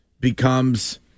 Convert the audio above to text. becomes